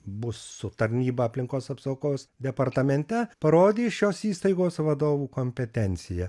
bus su tarnyba aplinkos apsaugos departamente parodys šios įstaigos vadovų kompetencija